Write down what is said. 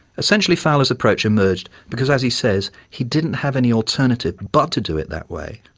essentially, fowler's approach emerged because as he says he didn't have any alternative but to do it that way.